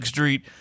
Street